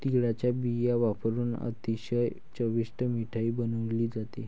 तिळाचा बिया वापरुन अतिशय चविष्ट मिठाई बनवली जाते